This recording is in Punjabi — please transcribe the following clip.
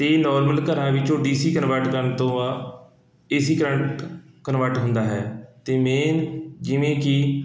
ਅਤੇ ਨੋਰਮਲ ਘਰਾਂ ਵਿੱਚੋਂ ਡੀ ਸੀ ਕਨਵਰਟ ਕਰਨ ਤੋਂ ਆ ਏ ਸੀ ਕਰੰਟ ਕਨਵਰਟ ਹੁੰਦਾ ਹੈ ਅਤੇ ਮੇਨ ਜਿਵੇਂ ਕਿ